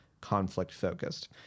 conflict-focused